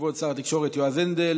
לכבוד שר התקשורת יועז הנדל.